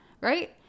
Right